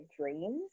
dreams